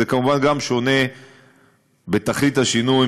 וזה כמובן גם שונה בתכלית השינוי,